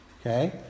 okay